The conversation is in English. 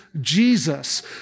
Jesus